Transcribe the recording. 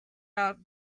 are